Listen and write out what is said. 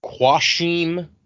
Quashim